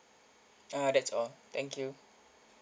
uh that's all thank you